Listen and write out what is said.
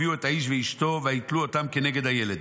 הביאו האיש ואשתו ויתלו אותם כנגד הילד.